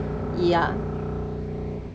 ya